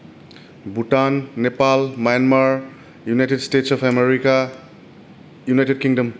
Bhutan Nepal Myanmar united states of America united kingdom